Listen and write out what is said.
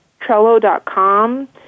trello.com